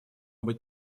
быть